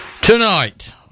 Tonight